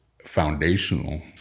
foundational